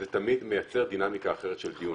זה תמיד מייצר דינמיקה אחרת של דיון.